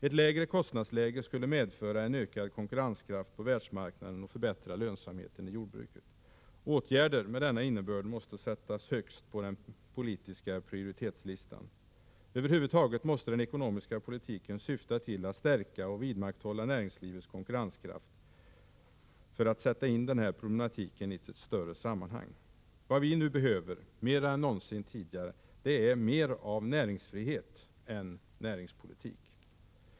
Ett lägre kostnadsläge skulle medföra en ökad konkurrenskraft på världsmarknaden och förbättra lönsamheten i jordbruket. Åtgärder med denna innebörd måste sättas högst på den politiska prioritetslistan. Över huvud taget måste den ekonomiska politiken syfta till att stärka och vidmakthålla näringslivets konkurrenskraft. Man måste sätta in den här problematiken i sitt större sammanhang. Vad vi behöver nu — mera än någonsin tidigare — är mer näringsfrihet än näringspolitik.